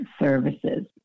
services